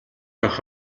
явах